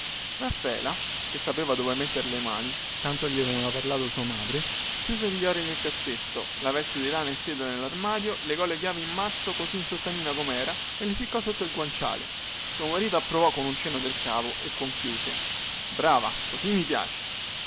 raffaela che sapeva dove metter le mani tanto gliene aveva parlato sua madre chiuse gli ori nel cassetto la veste di lana e seta nellarmadio legò le chiavi in mazzo così in sottanina comera e le ficcò sotto il guanciale suo marito approvò con un cenno del capo e conchiuse brava così mi piaci